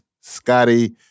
Scotty